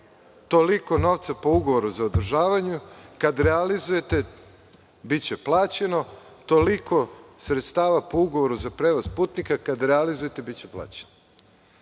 Toliko novca po ugovoru za održavanja, kada realizujete, biće plaćeno, toliko sredstava po ugovoru za prevoz putnika, kada realizujete, biće plaćeno.